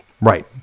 Right